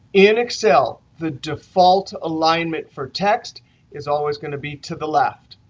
in excel, the default alignment for text is always going to be to the left.